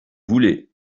voulez